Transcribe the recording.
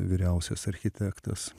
vyriausias architektas